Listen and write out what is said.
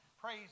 Praise